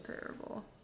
terrible